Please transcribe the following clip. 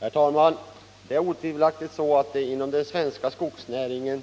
Herr talman! Det är väl otvivelaktigt så, att det är inom den svenska skogsnäringen